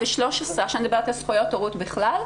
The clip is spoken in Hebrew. אני מדברת עכשיו על זכויות הורות בכלל.